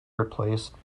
replaced